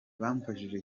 bamfashije